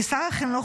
כשר החינוך,